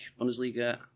Bundesliga